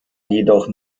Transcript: jedoch